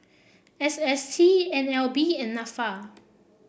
S S T N L B and NASA